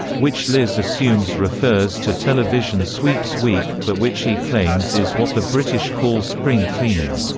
which liz assumes refers to television sweeps week, but which he claims is what the british call spring cleaning.